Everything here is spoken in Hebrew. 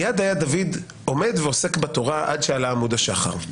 מייד היה דוד עומד ועוסק בתורה עד שעלה עמוד השחר.